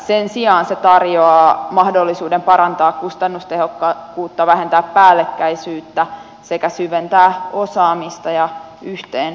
sen sijaan se tarjoaa mahdollisuuden parantaa kustannustehokkuutta vähentää päällekkäisyyttä sekä syventää osaamista ja yhteensopivuutta